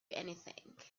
anything